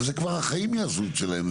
אבל זה כבר החיים יעשו את שלהם.